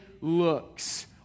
looks